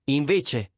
invece